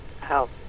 help